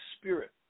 spirit